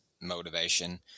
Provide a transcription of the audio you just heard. motivation